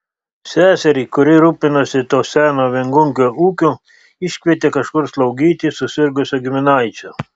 seserį kuri rūpinosi to seno viengungio ūkiu iškvietė kažkur slaugyti susirgusio giminaičio